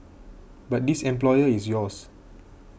but this employer is yours